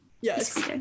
Yes